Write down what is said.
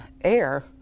air